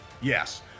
Yes